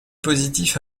positif